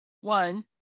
One